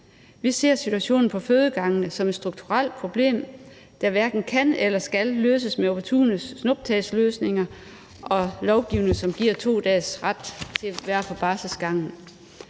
Vi ser situationen på fødegangene som et strukturelt problem, der hverken kan eller skal løses med opportune snuptagsløsninger og lovgivning, som giver 2 dages ret til at være på barselsgangen.